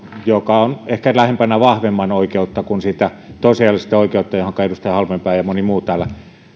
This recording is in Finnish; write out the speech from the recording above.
joka on ehkä lähempänä vahvemman oikeutta kuin sitä tosiasiallista oikeutta johonka edustaja halmeenpää ja moni muu täällä